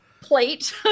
plate